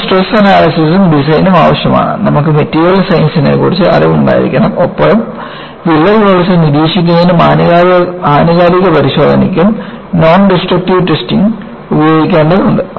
നമുക്ക് സ്ട്രെസ് അനാലിസിസും ഡിസൈനും ആവശ്യമാണ് നമുക്ക് മെറ്റീരിയൽ സയൻസിനെക്കുറിച്ച് അറിവുണ്ടായിരിക്കണം ഒപ്പം വിള്ളൽ വളർച്ച നിരീക്ഷിക്കുന്നതിനും ആനുകാലിക പരിശോധനയ്ക്കും നോൺ ഡിസ്ട്രക്റ്റീവ് ടെസ്റ്റിംഗ് ഉപയോഗിക്കേണ്ടതുണ്ട്